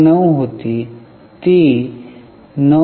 9 होती ती 9